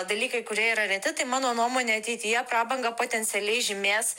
dalykai kurie yra reti tai mano nuomone ateityje prabangą potencialiai žymės